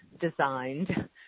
designed